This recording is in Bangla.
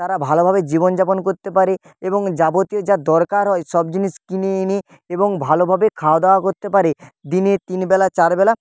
তারা ভালোভাবে জীবনযাপন করতে পারে এবং যাবতীয় যা দরকার হয় সব জিনিস কিনে এনে এবং ভালোভাবে খাওয়াদাওয়া করতে পারে দিনে তিন বেলা চার বেলা